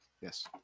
yes